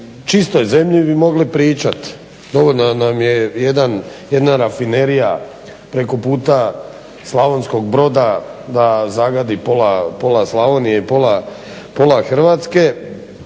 čistoj zemlji bi mogli pričat. Dovoljno nam je jedna rafinerija preko puta Slavonskog Broda da zagadi pola Slavonije i pola Hrvatske,